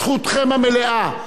זכותכם המלאה,